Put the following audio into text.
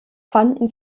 fanden